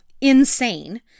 insane